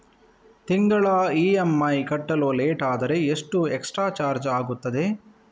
ತಿಂಗಳ ಇ.ಎಂ.ಐ ಕಟ್ಟಲು ಲೇಟಾದರೆ ಎಷ್ಟು ಎಕ್ಸ್ಟ್ರಾ ಚಾರ್ಜ್ ಆಗುತ್ತದೆ?